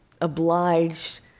obliged